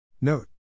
Note